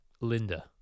Linda